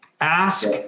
Ask